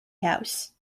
house